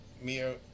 Mia